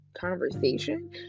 conversation